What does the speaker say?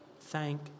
thank